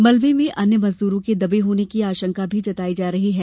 मलबे में अन्य मजदूरों के दबे होने की आशंका भी जताई जा रही है